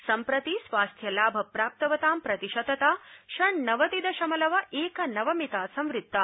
सम्प्रति स्वास्थ्य लाभ प्राप्तवतां प्रतिशतता षणवति दशमलव एकम नव मिता संवृत्ता